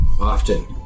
often